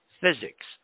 physics